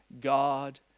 God